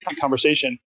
conversation